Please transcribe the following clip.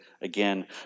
again